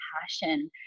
passion